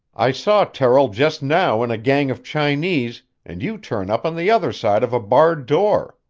i saw terrill just now in a gang of chinese, and you turn up on the other side of a barred door.